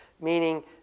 meaning